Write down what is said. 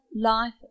life